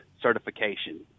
certification